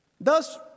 Thus